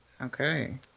Okay